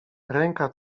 ręka